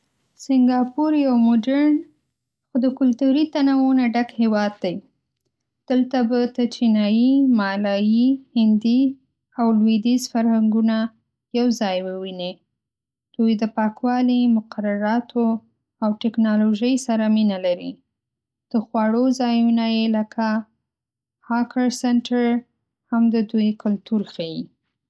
سنګاپور یو مدرن، خو د کلتوري تنوع نه ډک هېواد دی. دلته به ته چینایي، مالایي، هندي او لوېدیځ فرهنګونه یوځای ووینې. دوی د پاکوالي، مقرراتو او ټکنالوژۍ سره مینه لري. د خواړو ځایونه یې لکه "هاکر سنټر" هم د دوی کلتور ښیي.